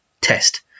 test